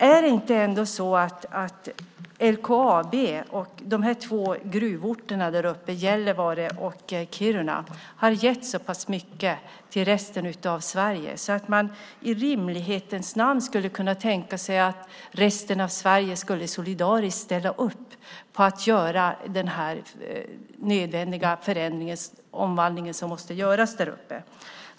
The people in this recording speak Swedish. Har inte LKAB och de båda gruvorterna Gällivare och Kiruna gett så mycket till resten av Sverige att man i rimlighetens namn skulle kunna tänka sig att resten av Sverige skulle ställa upp solidariskt på att göra den omvandling som måste göras där uppe?